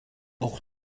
auch